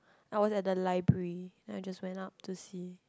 I was at the library then I just went up to see